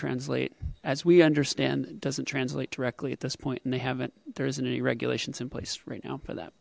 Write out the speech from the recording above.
translate as we understand it doesn't translate directly at this point and they haven't there isn't any regulations in place right now for that